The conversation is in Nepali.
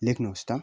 लेख्नु होस् त